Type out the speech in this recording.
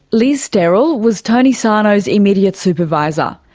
lis sterel was tony sarno's immediate supervisor.